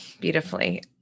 beautifully